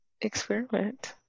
experiment